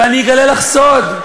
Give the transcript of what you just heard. ואני אגלה לך סוד,